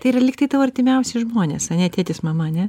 tai yra lyg tai tau artimiausi žmonės ane tėtis mama ne